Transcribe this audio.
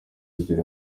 ebyiri